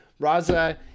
Raza